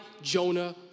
Jonah